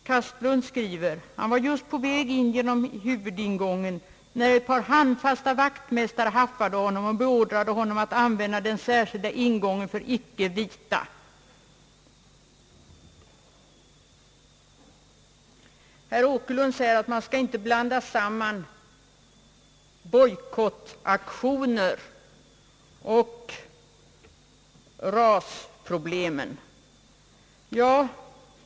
Kastlund skriver: »Han var just på väg in genom huvudingången, när ett par handfasta vaktmästare haffade honom och beordrade honom att använda den särskilda ingången för icke vita.» Herr Åkerlund säger att man inte skall blanda samman bojkottaktioner och rasproblemen.